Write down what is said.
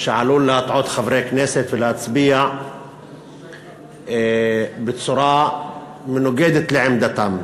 שעלולה לגרום לחברי כנסת להצביע בצורה מנוגדת לעמדתם.